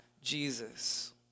Jesus